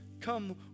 come